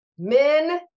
Men